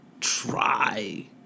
try